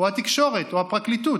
התקשורת או הפרקליטות?